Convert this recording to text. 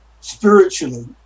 spiritually